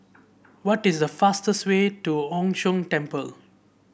what is the fastest way to Chu Sheng Temple